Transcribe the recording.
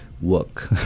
work